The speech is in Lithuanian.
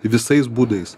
visais būdais